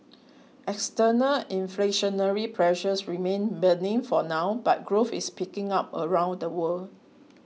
external inflationary pressures remain benign for now but growth is picking up around the world